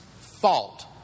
fault